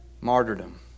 martyrdom